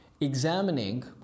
examining